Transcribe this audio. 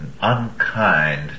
unkind